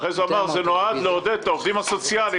אחרי זה הוא אמר שזה נועד לעודד את העובדים הסוציאליים.